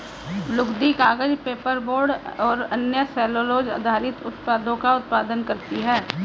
लुगदी, कागज, पेपरबोर्ड और अन्य सेलूलोज़ आधारित उत्पादों का उत्पादन करती हैं